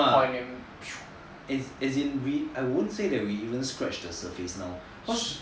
as in I wouldn't say that we even scratched the surface now cause